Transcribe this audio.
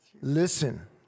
Listen